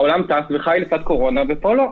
העולם טס וחי לצד הקורונה ופה לא.